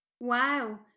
Wow